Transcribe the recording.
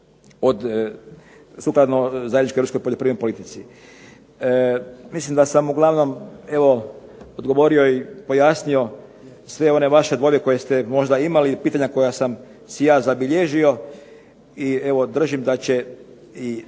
sukladno zajedničkoj europskoj poljoprivrednoj politici. Mislim da sam uglavnom odgovorio i pojasnio sve one vaše dvojbe koje ste možda imali i pitanja koja sam si ja zabilježio i držim da će i